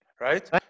right